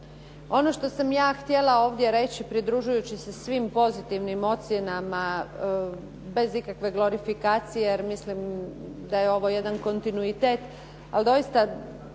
Ono što sam ja htjela ovdje reći, pridružujući se svim pozitivnim ocjenama bez ikakve glorifikacije jer mislim daje ovo jedan kontinuitet, ali doista